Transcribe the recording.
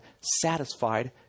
satisfied